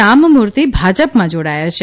રામમૂર્તિ ભાજપમાં જોડાયા છે